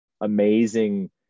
amazing